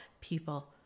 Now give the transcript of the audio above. People